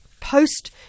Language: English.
post